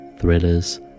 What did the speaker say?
thrillers